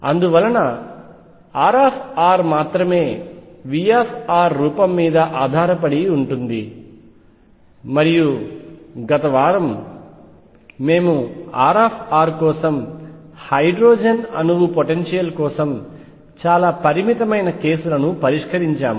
అందువలన R మాత్రమే V రూపం మీద ఆధారపడి ఉంటుంది మరియు గత వారం మేము R కోసం హైడ్రోజన్ అణువు పొటెన్షియల్ కోసం చాలా పరిమిత కేసులను పరిష్కరించాము